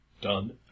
done